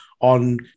on